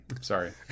Sorry